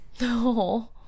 No